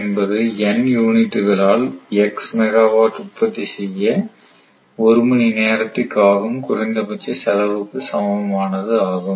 என்பது N யூனிட்களால் x megawatt உற்பத்தி செய்ய ஒரு மணி நேரத்திற்கு ஆகும் குறைந்தபட்ச செலவுக்கு சமமானது ஆகும்